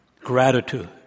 Gratitude